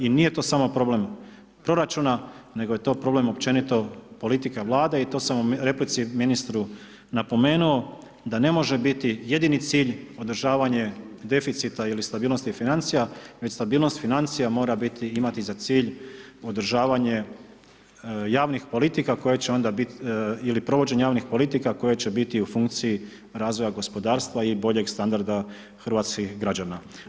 I nije to samo problem proračuna nego je to problem općenito politike Vlade i to sam u replici ministru napomenuo da ne može biti jedini cilj održavanje deficita ili stabilnost financija već stabilnost financija mora biti, imati za cilj održavanje javnih politika koje će onda biti ili provođenje javnih politika koje će biti u funkciji razvoja gospodarstva i boljeg standarda hrvatskih građana.